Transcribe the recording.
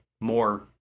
more